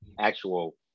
actual